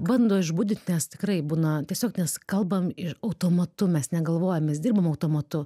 bando išbudint nes tikrai būna tiesiog nes kalbam ir automatu mes negalvojam mes dirbam automatu